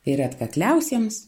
ir atkakliausiems